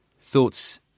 thoughts